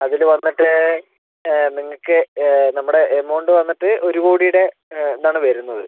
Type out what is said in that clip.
അതില് വന്നിട്ട് നിങ്ങൾക്ക് നമ്മുടെ എമൗണ്ട് വന്നിട്ട് ഒരു കോടിയുടെ ഇത് ആണ് വരുന്നത്